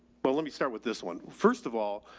well, let me start with this one. first of all,